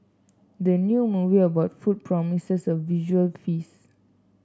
the new movie about food promises a visual feast